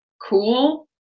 cool